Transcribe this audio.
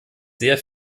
sehr